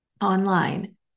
online